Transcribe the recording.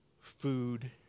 food